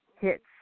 hits